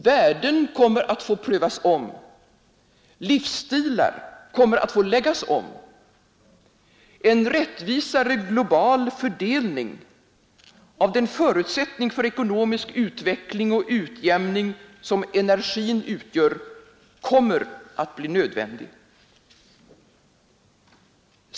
Värden kommer att få prövas om, livsstilar kommer att få läggas om, en rättvisare global fördelning av den förutsättning för ekonomisk utveckling och utjämning som energin utgör kommer att bli nödvändig.